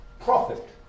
profit